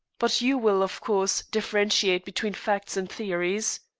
but you will, of course, differentiate between facts and theories?